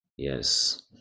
Yes